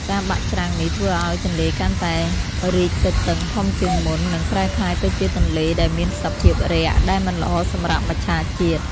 ការបាក់ច្រាំងនេះធ្វើឱ្យទន្លេកាន់តែរីកទទឹងធំជាងមុន និង ប្រែក្លាយទៅជាទន្លេដែលមានសភាពរាក់ដែលមិនល្អសម្រាប់មច្ឆជាតិ។